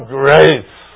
grace